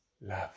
love